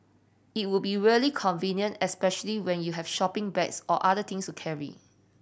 it would be really convenient especially when you have shopping bags or other things to carry